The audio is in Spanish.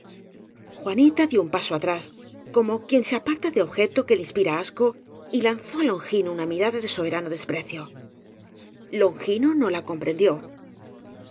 juanita dió un paso atrás como quien se aparta de objeto que le inspira asco y lanzó á longino una mirada de soberano desprecio longino no la comprendió